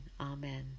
Amen